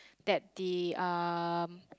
that the um